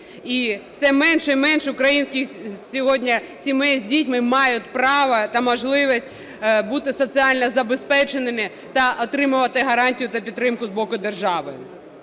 І все менше і менше українських сьогодні сімей з дітьми мають право та можливість бути соціально забезпеченими та отримувати гарантію та підтримку з боку держави.